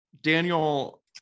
Daniel